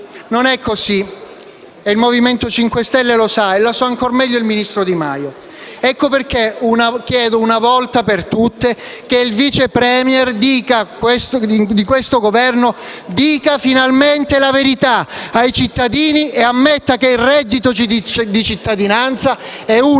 Non è così. Il MoVimento 5 Stelle lo sa e lo sa ancor meglio il ministro Di Maio. Ecco perché chiedo che, una volta per tutte, il Vice *Premier* di questo Governo dica finalmente la verità ai cittadini e ammetta che il reddito di cittadinanza è una